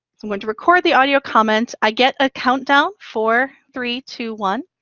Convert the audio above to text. i'm going to record the audio comment. i get a countdown. four, three, two, one.